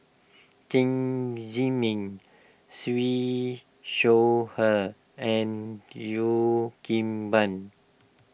Chen Zhiming Siew Shaw Her and Cheo Kim Ban